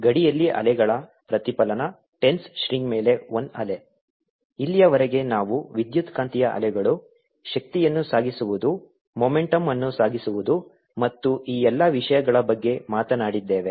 ಗಡಿಯಲ್ಲಿ ಅಲೆಗಳ ಪ್ರತಿಫಲನ- ಟೆನ್ಸ್ ಸ್ಟ್ರಿಂಗ್ ಮೇಲೆ I ಅಲೆ ಇಲ್ಲಿಯವರೆಗೆ ನಾವು ವಿದ್ಯುತ್ಕಾಂತೀಯ ಅಲೆಗಳು ಶಕ್ತಿಯನ್ನು ಸಾಗಿಸುವುದು ಮೊಮೆಂಟಮ್ ಅನ್ನು ಸಾಗಿಸುವುದು ಮತ್ತು ಈ ಎಲ್ಲ ವಿಷಯಗಳ ಬಗ್ಗೆ ಮಾತನಾಡಿದ್ದೇವೆ